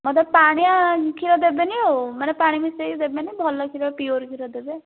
ମୋତେ ପାଣିଆ କ୍ଷୀର ଦେବେନି ଆଉ ମାନେ ପାଣି ମିଶାଇ ଦେବେନି ଭଲ କ୍ଷୀର ପିଓର୍ କ୍ଷୀର ଦେବେ